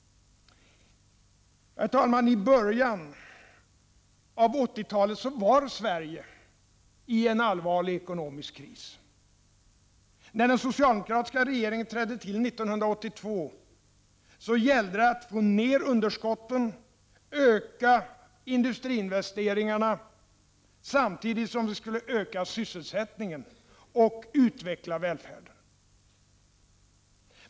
Herr talman! I början av 80-talet befann sig Sverige i en allvarlig ekonomisk kris. När den socialdemokratiska regeringen trädde till 1982 gällde det att få ned underskotten och öka industriinvesteringarna, samtidigt som vi skulle öka sysselsättningen och utveckla välfärden.